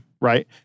Right